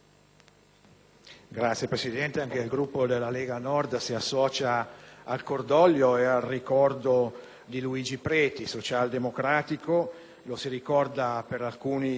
Signor Presidente, anche il Gruppo della Lega Nord si associa al cordoglio ed al ricordo di Luigi Preti. Socialdemocratico, lo si ricorda per alcuni